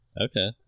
okay